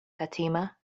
fatima